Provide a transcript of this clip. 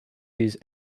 these